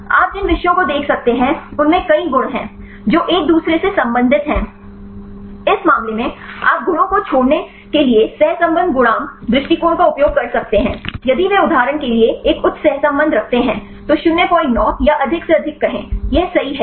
आप जिन विषयों को देख सकते हैं उनमें कई गुण हैं जो एक दूसरे से संबंधित हैं इस मामले में आप गुणों को छोड़ने के लिए सहसंबंध गुणांक दृष्टिकोण का उपयोग कर सकते हैं यदि वे उदाहरण के लिए एक उच्च सहसंबंध रखते हैं तो 09 या अधिक से अधिक कहें यह सही है